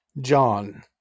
John